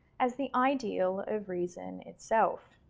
as the ideal of reason itself.